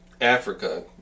Africa